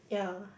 ya